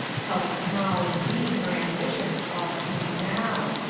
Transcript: how small and mean her ambitions all seemed now.